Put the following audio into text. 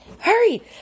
Hurry